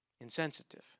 insensitive